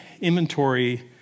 inventory